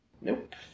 Nope